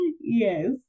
yes